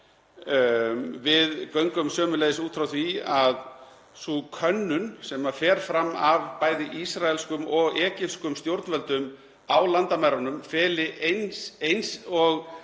Við göngum sömuleiðis út frá því að sú könnun sem fer fram af bæði ísraelskum og egypskum stjórnvöldum á landamærunum feli, eins og